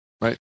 right